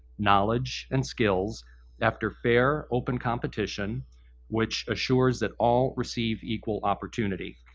knowledge and skills after fair open competition which assures that all receive equal opportunity.